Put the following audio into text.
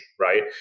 right